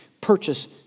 purchase